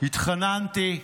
'התחננתי,